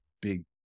big